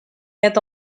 had